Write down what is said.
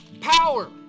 Power